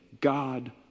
God